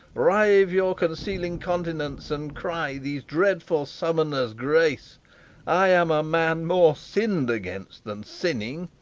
rive your concealing continents, and cry these dreadful summoners grace i am a man more sinn'd against than sinning.